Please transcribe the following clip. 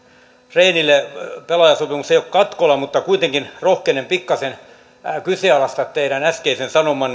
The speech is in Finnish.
rehnille pelaajasopimus ei ole katkolla mutta kuitenkin rohkenen pikkasen kyseenalaistaa teidän äskeisen sanomanne että terrafame on